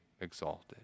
exalted